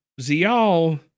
Zial